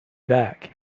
back